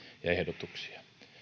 ja ehdotuksia